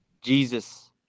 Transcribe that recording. jesus